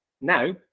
now